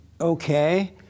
Okay